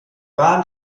rahn